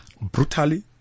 Brutally